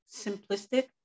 simplistic